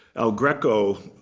el greco